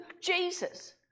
Jesus